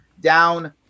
down